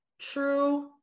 true